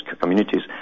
communities